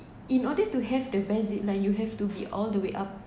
in order to have the best zip line you have to be all the way up